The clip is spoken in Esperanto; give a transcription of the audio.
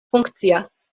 funkcias